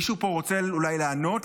מישהו פה רוצה אולי לענות?